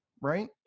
right